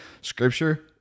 scripture